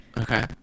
Okay